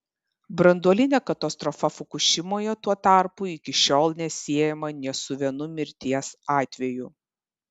branduolinė katastrofa fukušimoje tuo tarpu iki šiol nesiejama nė su vienu mirties atveju